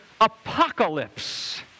apocalypse